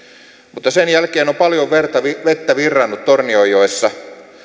mutta sen jälkeen on paljon vettä virrannut torniojoessa